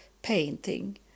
Painting